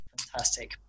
Fantastic